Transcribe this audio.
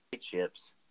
chips